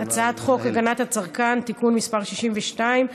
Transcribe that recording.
הצעת חוק הגנת הצרכן (תיקון מס' 62)